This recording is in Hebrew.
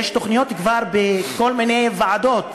יש כבר תוכניות בכל מיני ועדות,